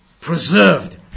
preserved